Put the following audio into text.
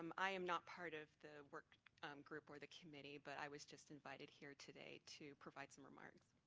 um i am not part of the work group or the committee but i was just invited here today to provide some remarks.